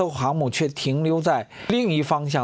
so you